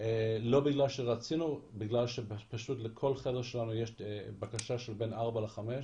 לא בגלל שרצינו אלא בגלל שלכל חדר שלנו יש בין 4 ל-5 בקשות.